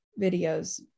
videos